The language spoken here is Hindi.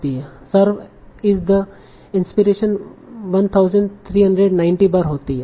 'सर्व एस द' इन्सपीरेशन 1390 बार होती है